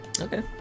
Okay